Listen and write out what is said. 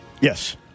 yes